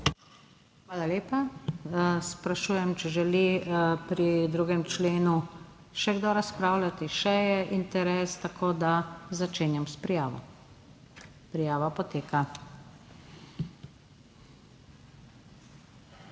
Hvala lepa. Sprašujem, če želi pri 2. členu še kdo razpravljati? Še je interes, tako da začenjam s prijavo. Prijava poteka. Prvi